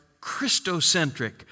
christocentric